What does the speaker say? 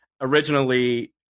Originally